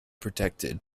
protected